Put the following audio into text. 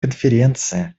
конференции